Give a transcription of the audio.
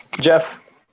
Jeff